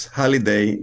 holiday